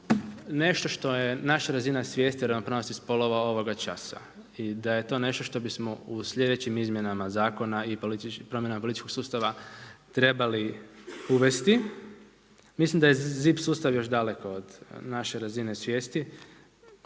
nešto što je naša razina svijesti o ravnopravnosti spolova ovoga časa i da je to nešto što bismo u sljedećim izmjenama zakona i političkog sustava trebali uvesti. Mislim da je ZIP sustav još daleko od naše razine svijesti,